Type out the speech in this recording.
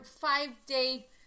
five-day